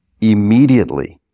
Immediately